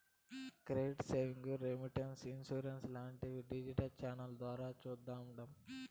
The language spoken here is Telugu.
క్రెడిట్ సేవింగ్స్, రెమిటెన్స్, ఇన్సూరెన్స్ లాంటివి డిజిటల్ ఛానెల్ల ద్వారా చేస్తాండాము